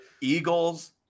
Eagles